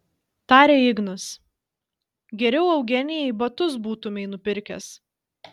tarė ignas geriau eugenijai batus būtumei nupirkęs